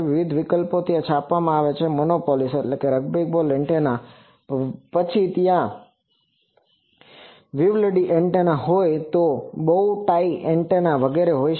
તો વિવિધ વિકલ્પો છે કે ત્યાં છાપવામાં આવેલા મોનોપોલ્સ રગ્બી બોલ એન્ટેના હોય પછી ત્યાં વિવલડી એન્ટેના હોય ત્યાં બોવ ટાઇ એન્ટેના વગેરે હોય